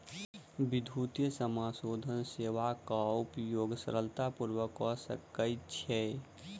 विद्युतीय समाशोधन सेवाक उपयोग सरलता पूर्वक कय सकै छै